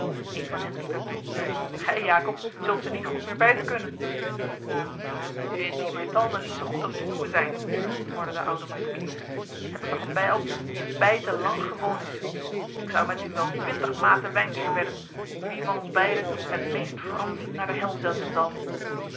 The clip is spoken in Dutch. een van hen riep hem toe gij jacob zult ze niet goed meer bijten kunnen indien mijn tanden niet zo goed als de uwe zijn morde de oude maceclier heb ik toch een bijl die het bijten lang gewoon is ik zou met u wel twintig maten wijns verwedden wie van ons beiden het meest fransen naar de hel zenden zal